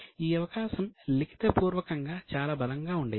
ఈ అవకాశం లిఖితపూర్వకంగా చాలా బలంగా ఉండేది